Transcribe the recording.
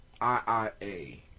I-I-A